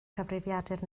cyfrifiadur